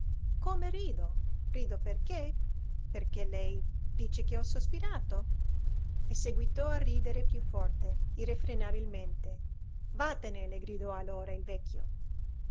come rido rido perché perché lei dice che ho sospirato e seguitò a ridere più forte irrefrenabilmente vattene le gridò allora il vecchio